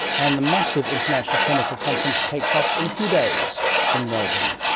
and the massive international chemical conference takes off in a few days in melbourne.